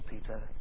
Peter